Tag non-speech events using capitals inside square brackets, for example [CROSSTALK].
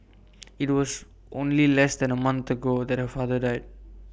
[NOISE] IT was only less than A month ago that her father died